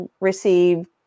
receive